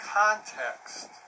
context